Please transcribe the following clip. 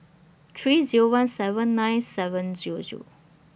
three Zero one seven nine seven Zero Zero